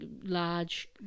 large